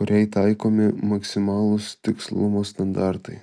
kuriai taikomi maksimalūs tikslumo standartai